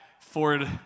Ford